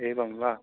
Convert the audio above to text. एवं वा